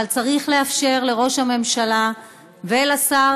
אבל צריך לאפשר לראש הממשלה ולשר,